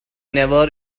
never